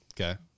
okay